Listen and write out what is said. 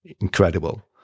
incredible